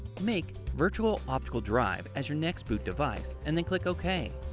make virtual optical drive as your next boot device and then click ok.